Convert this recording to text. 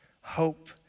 hope